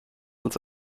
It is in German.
als